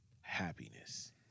happiness